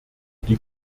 die